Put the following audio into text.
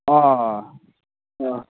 अ अ अ अ